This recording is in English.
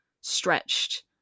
stretched